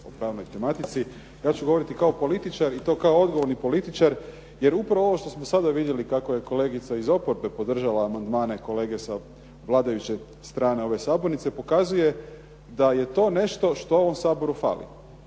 Ja ću govoriti kao političar i to kao odgovorni političar. Jer upravo ovo što smo sada vidjeli kako je kolegica iz oporbe podržala amandmane kolege sa vladajuće strane ove sabornice pokazuje da je to nešto što ovom Saboru fali,